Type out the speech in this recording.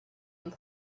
and